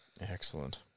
Excellent